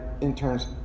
interns